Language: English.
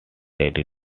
daily